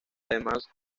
además